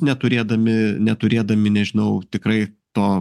neturėdami neturėdami nežinau tikrai to